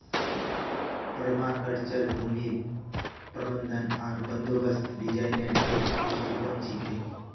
permaculture भूमि प्रबंधन आर बंदोबस्त डिजाइनेर एक दृष्टिकोण छिके